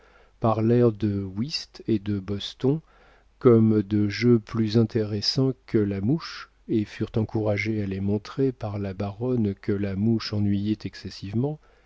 kergarouët parlèrent de whist et de boston comme de jeux plus intéressants que la mouche et furent encouragés à les montrer par la baronne que la mouche ennuyait excessivement